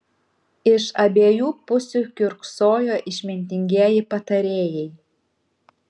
iš abiejų pusių kiurksojo išmintingieji patarėjai